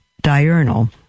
diurnal